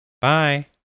Bye